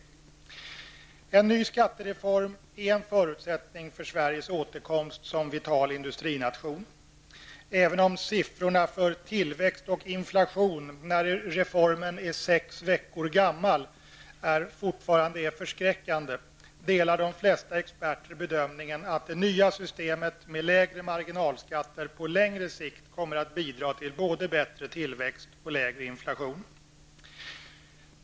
En ny skattereform är en förutsättning för Sveriges återkomst som vital industrination. Även om siffrorna för tillväxt och inflation, när reformen är sex veckor gammal, fortfarande är förskräckande, delar de flesta experter bedömningen att det nya systemet med lägre marginalskatter på längre sikt kommer att bidra till både bättre tillväxt och lägre inflation.